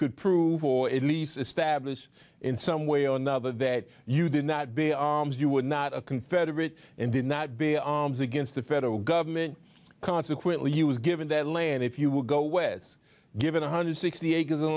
could prove or at least establish in some way or another that you did not be arms you were not a confederate and did not be arms against the federal government consequently he was given that land if you will go west giving one hundred and sixty acres